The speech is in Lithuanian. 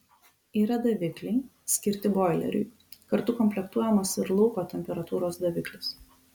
yra davikliai skirti boileriui kartu komplektuojamas ir lauko temperatūros daviklis